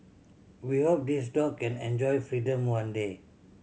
we hope this dog can enjoy freedom one day